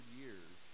years